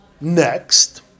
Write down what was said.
Next